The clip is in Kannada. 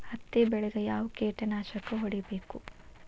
ಹತ್ತಿ ಬೆಳೇಗ್ ಯಾವ್ ಕೇಟನಾಶಕ ಹೋಡಿಬೇಕು?